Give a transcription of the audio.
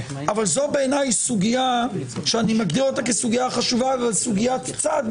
אבל זו בעיניי סוגיה שאני מגדיר אותה כסוגיה חשובה אבל סוגיית צד,